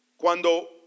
Cuando